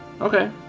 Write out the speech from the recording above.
Okay